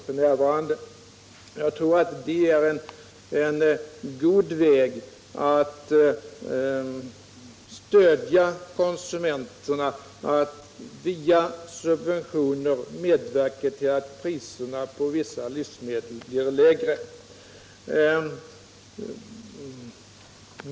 Jag tror att det är en god väg att stödja konsumenterna att via subventioner medverka till att priserna på vissa livsmedel blir lägre.